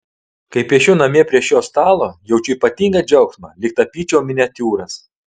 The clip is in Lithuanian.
kai piešiu namie prie šio stalo jaučiu ypatingą džiaugsmą lyg tapyčiau miniatiūras